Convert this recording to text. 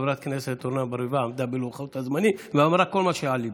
חברת הכנסת אורנה ברביבאי עמדה בלוחות הזמנים ואמרה כל מה שעל ליבה.